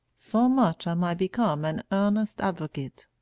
so much am i become an earnest advocate,